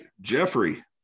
Jeffrey